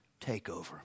takeover